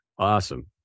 Awesome